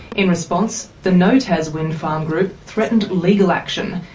in response, the no taswind farm group threatened legal action,